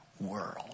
world